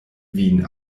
wien